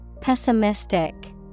Pessimistic